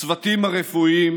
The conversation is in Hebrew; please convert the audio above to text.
הצוותים הרפואיים,